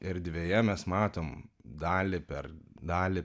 erdvėje mes matom dalį per dalį